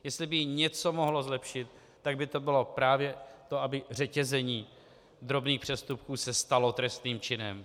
Jestli by ji něco mohlo zlepšit, tak by to bylo právě to, aby řetězení drobných přestupků se stalo trestným činem.